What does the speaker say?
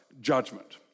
judgment